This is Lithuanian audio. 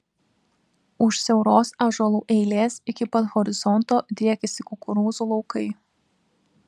už siauros ąžuolų eilės iki pat horizonto driekiasi kukurūzų laukai